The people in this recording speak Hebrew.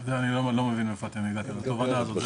אני לא מדבר על הגז אלא על כמה עולה לנו לייצר את אותה יחידת אנרגיה.